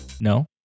No